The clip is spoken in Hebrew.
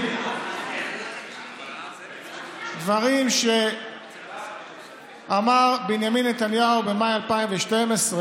להגיד דברים שאמר בנימין נתניהו במאי 2012,